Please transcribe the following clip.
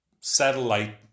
satellite